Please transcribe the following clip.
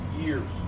years